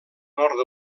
nord